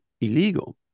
illegal